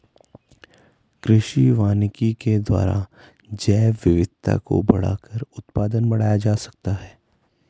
कृषि वानिकी के द्वारा जैवविविधता को बढ़ाकर उत्पादन बढ़ाया जा सकता है